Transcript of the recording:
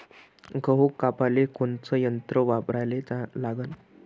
गहू कापाले कोनचं यंत्र वापराले लागन?